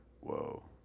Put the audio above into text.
whoa